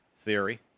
theory